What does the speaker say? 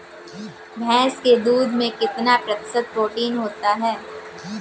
भैंस के दूध में कितना प्रतिशत प्रोटीन होता है?